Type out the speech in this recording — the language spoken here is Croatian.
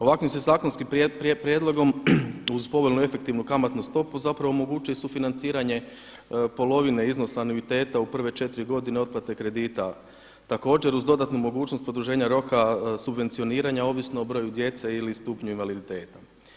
Ovakvim se zakonskim prijedlogom uz povoljnu efektivnu kamatnu stopu zapravo omogućuje i sufinanciranje polovine iznosa anuiteta u prve četiri godine otplate kredita, također uz dodatnu mogućnost produženja roka subvencioniranja ovisno o broju djece ili stupnju invaliditeta.